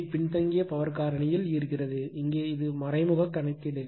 8 பின்தங்கிய பவர் காரணியில் ஈர்க்கிறது இங்கே இது மறைமுக கணக்கீடு